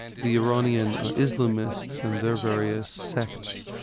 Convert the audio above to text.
the iranian islamists and their various sects,